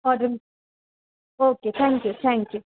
order okay thank you thank you